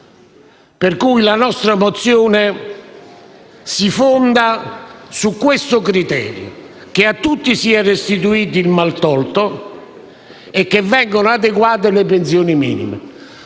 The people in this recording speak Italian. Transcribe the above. Pertanto, la nostra mozione si fonda su questo criterio: che a tutti sia restituito il maltolto e che vengano adeguate le pensioni minime,